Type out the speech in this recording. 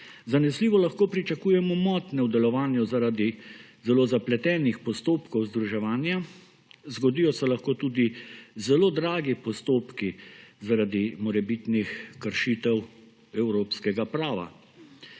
Zanesljivo lahko pričakujemo motnje v delovanju zaradi zelo zapletenih postopkov združevanja. Zgodijo se lahko tudi zelo dragi postopki zaradi morebitnih kršitev evropskega prava.